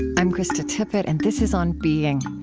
i'm krista tippett, and this is on being.